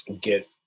get